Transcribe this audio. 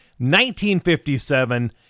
1957